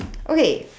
okay